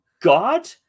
God